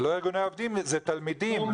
זה לא ארגוני עובדים, זה תלמידים.